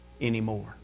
anymore